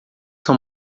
são